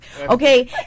okay